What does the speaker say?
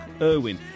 Irwin